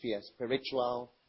spiritual